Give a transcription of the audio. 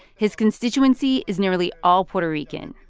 his constituency is nearly all puerto rican,